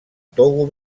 togo